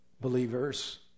believers